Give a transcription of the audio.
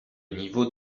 niveau